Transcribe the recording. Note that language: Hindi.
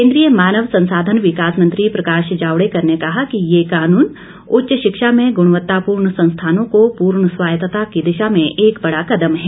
केन्द्रीय मानव संसाधन विकास मंत्री प्रकाश जावड़ेकर ने कहा कि यह कानून उच्च शिक्षा में गुणवत्तापूर्ण संस्थानों को पूर्ण स्वायत्तता की दिशा में एक बड़ा कदम है